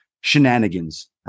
shenanigans